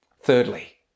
Thirdly